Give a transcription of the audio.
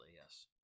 Yes